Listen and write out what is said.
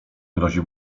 grozi